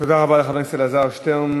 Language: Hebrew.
תודה רבה לחבר הכנסת אלעזר שטרן.